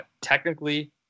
technically